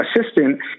assistant